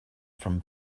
from